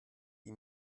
die